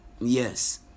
Yes